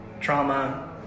trauma